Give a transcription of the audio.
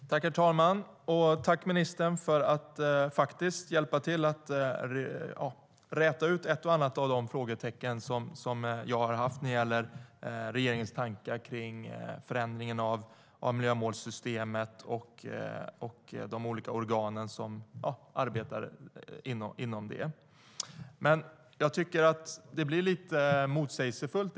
Jag tycker dock att det ministern säger blir lite motsägelsefullt.